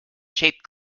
shaped